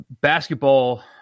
basketball